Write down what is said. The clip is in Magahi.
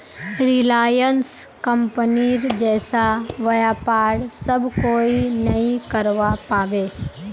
रिलायंस कंपनीर जैसा व्यापार सब कोई नइ करवा पाबे